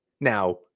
Now